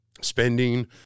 spending